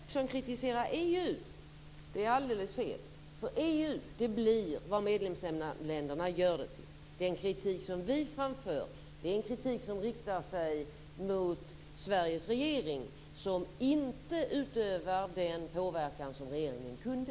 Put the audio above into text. Fru talman! Att som Peter Eriksson kritisera EU är alldeles fel. EU blir vad medlemsländerna gör det till. Den kritik som vi framför riktar sig mot Sveriges regering, som inte utövar den påverkan som regeringen kunde.